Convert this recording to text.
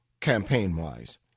campaign-wise